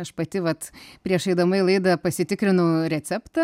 aš pati vat prieš eidama į laidą pasitikrinau receptą